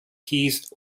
keys